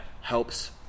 helps